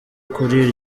kuri